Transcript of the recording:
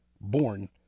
born